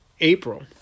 April